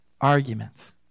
arguments